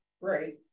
Right